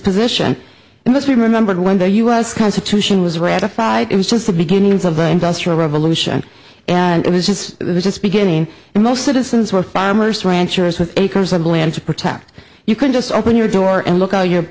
position it must be remembered when the us constitution was ratified it was just the beginnings of the industrial revolution and it was just beginning and most citizens were farmers ranchers with acres of land to protect you could just open your door and look out your